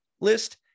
list